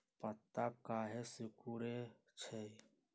पत्ता काहे सिकुड़े छई?